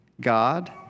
God